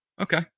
Okay